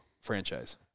franchise